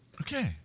Okay